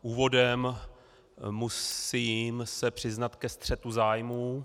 Úvodem se musím přiznat ke střetu zájmů.